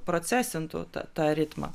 procesintų tą tą ritmą